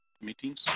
meetings